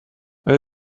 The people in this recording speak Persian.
آیا